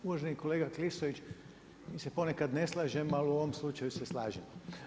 Uvaženi kolega Klisović, mi se ponekad ne slažemo ali u ovom slučaju se slažemo.